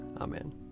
Amen